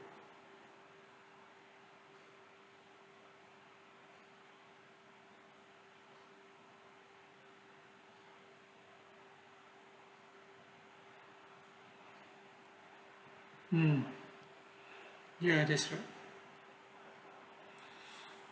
mm ya that's right